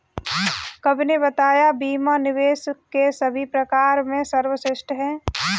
कवि ने बताया बीमा निवेश के सभी प्रकार में सर्वश्रेष्ठ है